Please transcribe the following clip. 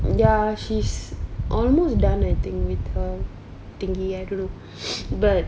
ya she's almost done with her thingy I think but